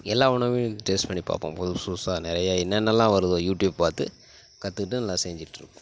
எல்லா உணவையும் டேஸ்ட் பண்ணிப் பார்ப்பேன் புதுசு புதுசாக நிறையா என்னென்னலாம் வருதோ யூடியூப் பார்த்து கற்றுக்கிட்டு நல்லா செஞ்சிகிட்டு இருக்கோம்